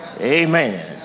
Amen